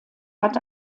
hat